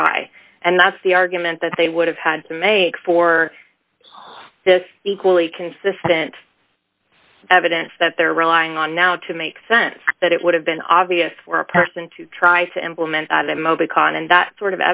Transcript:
try and that's the argument that they would have had to make for this equally consistent evidence that they're relying on now to make sense that it would have been obvious for a person to try to implement